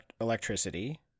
electricity